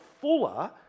fuller